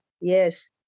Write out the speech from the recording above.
Yes